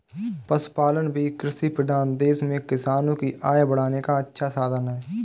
पशुपालन भी कृषिप्रधान देश में किसानों की आय बढ़ाने का अच्छा साधन है